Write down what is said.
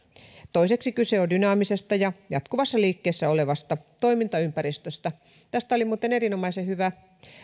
toiseksi kyse on dynaamisesta ja jatkuvassa liikkeessä olevasta toimintaympäristöstä tästä oli muuten erinomaisen hyvä artikkeli